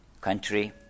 country